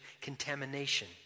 contamination